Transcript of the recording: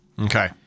Okay